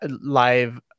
live